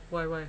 why why